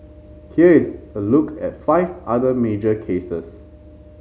here is a look at five other major cases